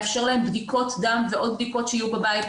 לאפשר להם בדיקות דם ועוד בדיקות שיהיו בבית,